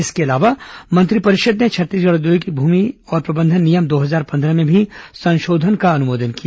इसके अलावा मंत्रिपरिषद ने छत्तीसगढ़ औद्योगिक भूमि और प्रबंधन नियम दो हजार पंद्रह में भी संशोधन का अनुमोदन किया